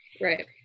Right